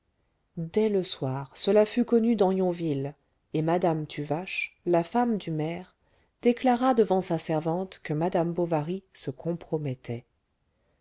dès le soir cela fut connu dans yonville et madame tuvache la femme du maire déclara devant sa servante que madame bovary se compromettait